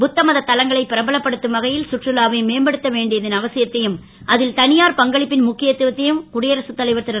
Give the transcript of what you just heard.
புத்தமத தலங்களை பிரபலப்படுத்தும் வகை ல் சுற்றுலாவை மேம்படுத்த வேண்டியதன் அவசியத்தையும் அல் த யார் பங்களிப்பின் முக்கியத்துவத்தையும் குடியரசுத் தலைவர் ரு